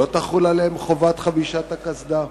לא תחול עליהם חובת חבישת הקסדה?